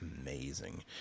amazing